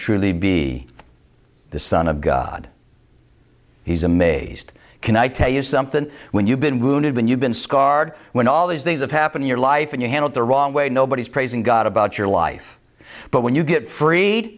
truly be the son of god he's amazed can i tell you something when you've been wounded when you've been scarred when all these things happen in your life and you handled the wrong way nobody's praising god about your life but when you get free